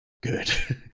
Good